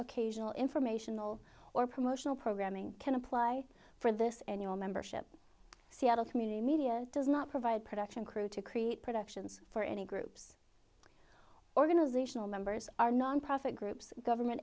occasional informational or promotional programming can apply for this annual membership seattle community media does not provide production crew to create productions for any groups organizational members are nonprofit groups government